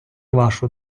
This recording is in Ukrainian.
вашу